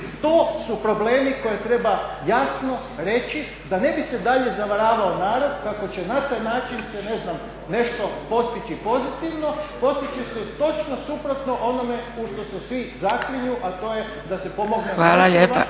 To su problemi koje treba jasno reći da ne bi se dalje zavaravao narod kako će na taj način se ne znam nešto postići pozitivno. Postići će se točno suprotno onome u što se svi zaklinju a to je da se pomogne .../Govorniku